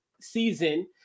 season